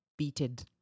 Beated